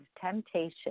temptation